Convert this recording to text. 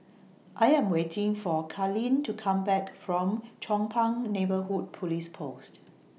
I Am waiting For Karlene to Come Back from Chong Pang Neighbourhood Police Post